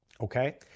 Okay